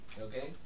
Okay